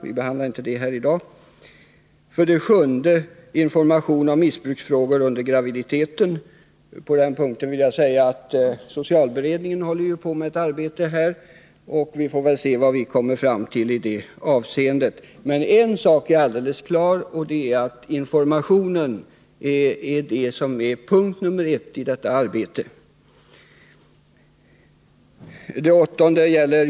— Vi behandlar inte detta ämne i dag. 7. Information om missbruk under graviditet. På denna punkt håller socialberedningen på med ett arbete. Vi får väl se vad den kommer fram till i detta avseende. En sak är dock alldeles klar: Informationen är viktigast i detta arbete.